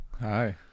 hi